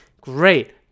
great